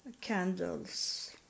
candles